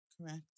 correct